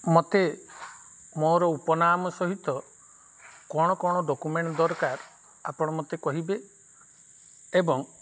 ମୋତେ ମୋର ଉପନାମ ସହିତ କ'ଣ କ'ଣ ଡ଼କ୍ୟୁମେଣ୍ଟ ଦରକାର ଆପଣ ମୋତେ କହିବେ ଏବଂ